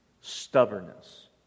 Stubbornness